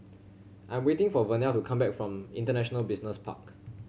I am waiting for Vernelle to come back from International Business Park